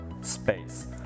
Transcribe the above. space